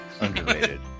Underrated